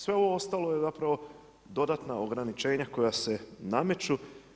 Sve ovo ostalo je zapravo dodatna ograničenja koja se nameću.